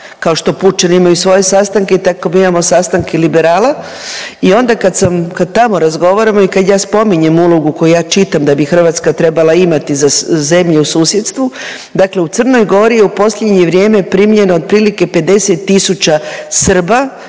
kao što Pučani imaju svoje sastanke, tako mi imamo sastanke Liberala i onda kad tamo razgovaramo i kad ja spominjem ulogu koju ja čitam da bi Hrvatska trebala imati za zemlje u susjedstvu, dakle u Crnoj Gori je u posljednje vrijeme primljeno otprilike 50 tisuća Srba